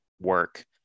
work